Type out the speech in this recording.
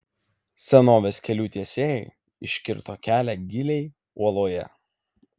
senovės kelių tiesėjai iškirto kelią giliai uoloje